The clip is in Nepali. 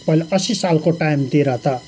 पहिला असी सालको टाइमतिर त